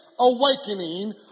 awakening